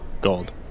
Gold